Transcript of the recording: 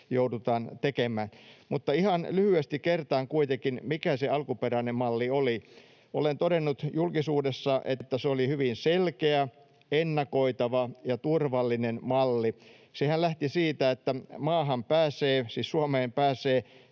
joudutaan tekemään. Ihan lyhyesti kertaan kuitenkin, mikä se alkuperäinen malli oli. Olen todennut julkisuudessa, että se oli hyvin selkeä, ennakoitava ja turvallinen malli. Sehän lähti siitä, että maahan, siis Suomeen, pääsee,